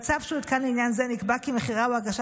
בצו שהותקן לעניין זה נקבע כי מכירה או הגשה